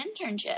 internship